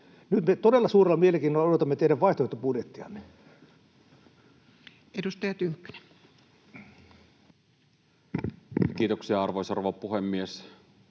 Nyt me todella suurella mielenkiinnolla odotamme teidän vaihtoehtobudjettianne. Edustaja Tynkkynen. Kiitoksia, arvoisa rouva puhemies!